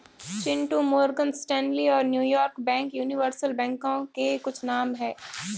Chintu Morgan Stanley और New York bank universal बैंकों के कुछ नाम है